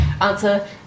Answer